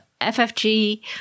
FFG